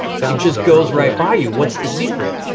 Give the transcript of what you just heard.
bounces, goes right by you. what's the secret?